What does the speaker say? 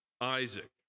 Isaac